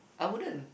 I wouldn't